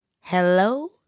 Hello